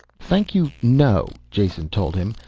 thank you, no, jason told him.